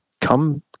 come